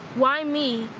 why me?